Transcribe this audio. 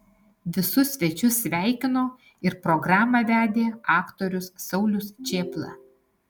visus svečius sveikino ir programą vedė aktorius saulius čėpla